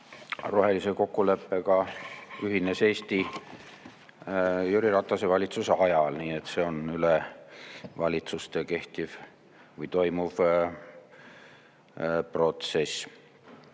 rohelise kokkuleppega ühines Eesti Jüri Ratase valitsuse ajal nii, et see on üle valitsuste kehtiv või toimuv protsess.